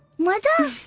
mother!